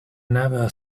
never